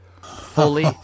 Fully